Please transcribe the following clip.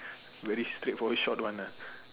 very straightforward short one ah